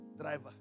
Driver